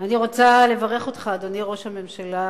אני רוצה לברך אותך, אדוני ראש הממשלה,